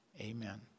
Amen